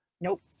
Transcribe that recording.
Nope